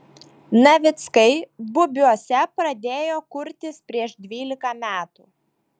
navickai bubiuose pradėjo kurtis prieš dvylika metų